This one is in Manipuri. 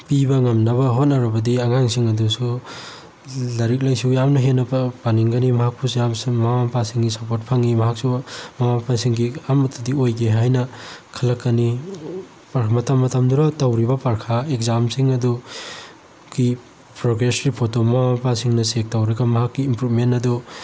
ꯄꯤꯕ ꯉꯝꯅꯕ ꯍꯣꯠꯅꯔꯕꯗꯤ ꯑꯉꯥꯡꯁꯤꯡ ꯑꯗꯨꯁꯨ ꯂꯥꯏꯔꯤꯛ ꯂꯥꯏꯁꯨ ꯌꯥꯝꯅ ꯍꯦꯟꯅ ꯄꯥꯅꯤꯡꯒꯅꯤ ꯃꯍꯥꯛꯄꯨꯁꯨ ꯌꯥꯝ ꯃꯃꯥ ꯃꯄꯥꯁꯤꯡꯒꯤ ꯁꯄꯣꯔꯠ ꯐꯪꯏ ꯃꯍꯥꯛꯁꯨ ꯃꯃꯥ ꯃꯄꯥꯁꯤꯡꯒꯤ ꯑꯃꯠꯇꯗꯤ ꯑꯣꯏꯒꯦ ꯍꯥꯏꯅ ꯈꯜꯂꯛꯀꯅꯤ ꯃꯇꯝ ꯃꯇꯝꯗꯨꯗ ꯇꯧꯔꯤꯕ ꯄꯔꯤꯈꯥ ꯑꯦꯛꯖꯥꯝꯁꯤꯡ ꯑꯗꯨꯒꯤ ꯄ꯭ꯔꯣꯒꯦꯁ ꯔꯤꯄꯣꯔꯠꯇꯨ ꯃꯃꯥ ꯃꯄꯥꯁꯤꯡꯅ ꯆꯦꯛ ꯇꯧꯔꯒ ꯃꯍꯥꯛꯀꯤ ꯏꯝꯄ꯭ꯔꯨꯞꯃꯦꯟ ꯑꯗꯨ